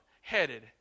headed